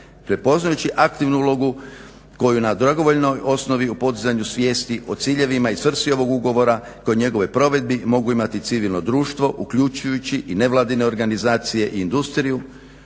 Prepoznajući aktivnu ulogu koju na dragovoljnoj osnovi u podizanju svijesti o ciljevima i svrsi ovog ugovora kao i njegovoj provedbi mogu imati civilno društvo uključujući i nevladine organizacije i industriju